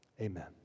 Amen